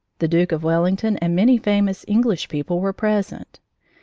the duke of wellington and many famous english people were present.